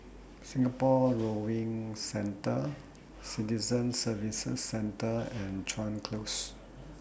Singapore Rowing Centre Citizen Services Centre and Chuan Close